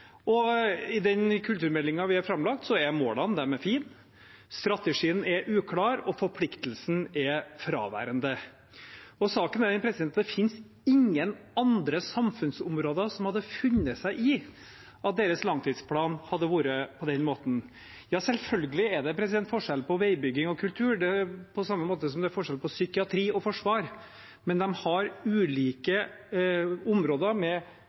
I den kulturmeldingen vi har fått framlagt, er målene fine, strategien er uklar, og forpliktelsen er fraværende. Saken er den at det finnes ingen andre samfunnsområder som hadde funnet seg i at deres langtidsplan hadde vært på den måten. Selvfølgelig er det forskjell på veibygging og kultur, på samme måte som det er forskjell på psykiatri og forsvar. Men det er ulike områder med